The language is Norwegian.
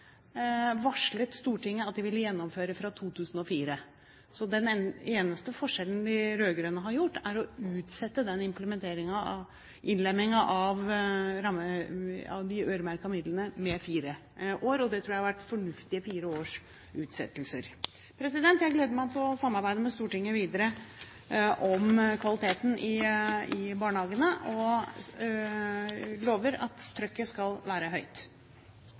varslet Stortinget om at de ville gjennomføre fra 2004. Så den eneste forskjellen de rød-grønne har gjort, er å utsette innlemmingen av de øremerkete midlene med fire år, og det tror jeg har vært fornuftige fire års utsettelser. Jeg gleder meg til å samarbeide med Stortinget videre om kvaliteten i barnehagene og lover at trøkket skal være høyt.